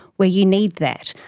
where you need that.